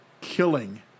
killing